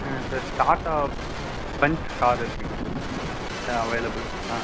ஆ sir Tata punch car இருக்குதுங்களா available ஆ